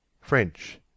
French